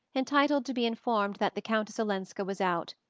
entitled to be informed that the countess olenska was out,